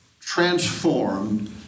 transformed